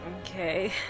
Okay